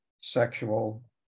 sexual